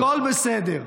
הכול בסדר.